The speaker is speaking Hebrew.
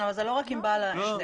זה לא רק עם בעל העסק